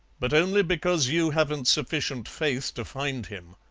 but only because you haven't sufficient faith to find him.